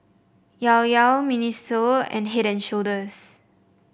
Llao Llao Miniso and Head And Shoulders